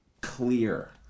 clear